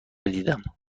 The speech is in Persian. دیدم